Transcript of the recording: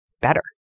better